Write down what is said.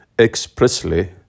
expressly